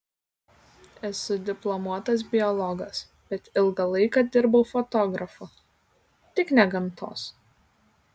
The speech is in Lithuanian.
esu diplomuotas biologas bet ilgą laiką dirbau fotografu tik ne gamtos